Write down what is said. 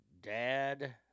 dad